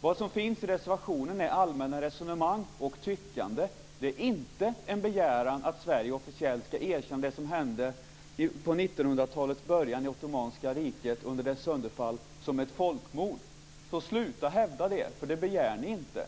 Vad som finns i reservationen är allmänna resonemang och tyckanden. Det är inte en begäran om att Sverige officiellt ska erkänna det som hände under 1900 talets början i det ottomanska riket, under dess sönderfall, som ett folkmord. Sluta hävda det, för det begär ni inte!